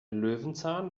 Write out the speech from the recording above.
löwenzahn